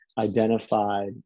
identified